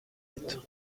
huit